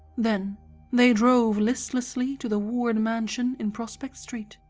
then they drove listlessly to the ward mansion in prospect street,